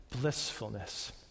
blissfulness